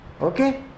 okay